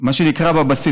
מה שנקרא בבסיס,